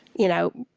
you know,